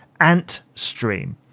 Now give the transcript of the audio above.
AntStream